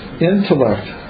intellect